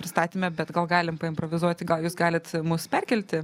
pristatyme bet gal galim paimprovizuoti gal jūs galit mus perkelti